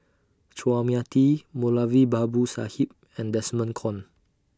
Chua Mia Tee Moulavi Babu Sahib and Desmond Kon